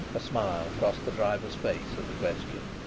a smile crossed the driver's face at the question.